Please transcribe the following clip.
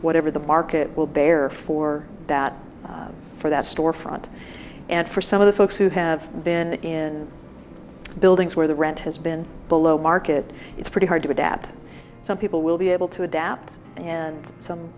whatever the market will bear for that for that storefront and for some of the folks who have been in buildings where the rent has been below market it's pretty hard to adapt some people will be able to adapt and some